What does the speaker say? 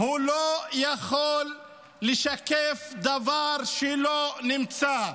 לא יכולים לשקף דבר שלא נמצא.